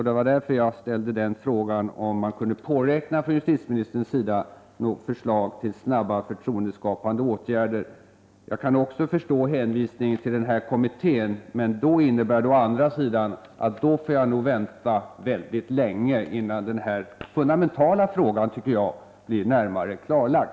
Det var därför jag ställde frågan om man från justitieministerns sida kunde påräkna ett förslag som snabbt skulle kunna leda till förtroendeskapade åtgärder. Jag kan också förstå hänvisningen till kommittén. Men skall man avvakta det förslaget får jag nog vänta länge innan denna — tycker jag — fundamentala fråga blir närmare klarlagd.